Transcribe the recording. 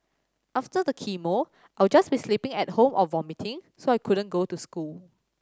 after the chemo I'll just be sleeping at home or vomiting so I couldn't go to school